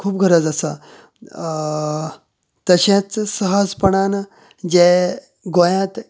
खूब गरज आसा तशेंच सहजपणान जे गोंयांत